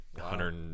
hundred